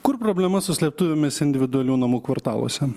kur problema su slėptuvėmis individualių namų kvartaluose